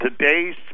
Today's